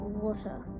water